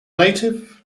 native